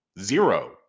zero